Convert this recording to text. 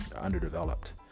underdeveloped